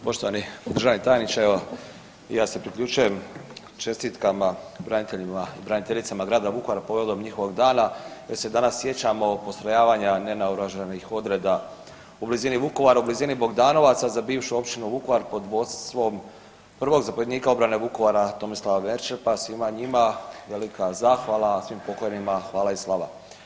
Poštovani državni tajniče, evo i ja se priključujem čestitkama braniteljima i braniteljicama grada Vukovara povodom njihovog dana jer se danas sjećamo postrojavanja nenaoružanih odreda u blizini Vukovara, u blizini Bogdanovaca za bivšu općinu Vukovar pod vodstvom prvog zapovjednika obrane Vukovara Tomislava Merčepa, svima njima velika zahvala, a svim pokojnima hvala i slava.